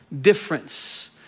difference